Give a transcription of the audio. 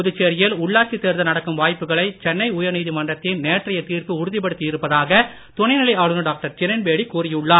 புதுச்சேரியில் உள்ளாட்சி தேர்தல் நடக்கும் வாய்ப்புகளை சென்னை உயர்நீதிமன்றத்தின் நேற்றைய தீர்ப்பு உறுதிப்படுத்தி இருப்பதாக துணைநிலை ஆளுநர் டாக்டர் கிரண்பேடி கூறியுள்ளார்